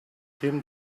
him